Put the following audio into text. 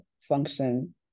function